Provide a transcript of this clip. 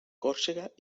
còrsega